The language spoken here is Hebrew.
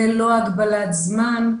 ללא הגבלת זמן.